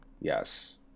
Yes